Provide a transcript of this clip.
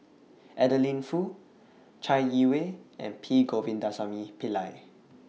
Adeline Foo Chai Yee Wei and P Govindasamy Pillai